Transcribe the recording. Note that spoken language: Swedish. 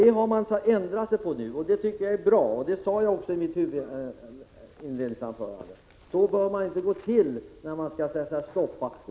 Man har nu ändrat sig på den punkten, och det är bra, som jag sade i mitt inledningsanförande.